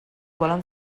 volen